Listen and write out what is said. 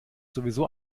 sowieso